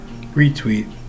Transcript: Retweet